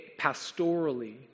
pastorally